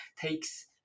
takes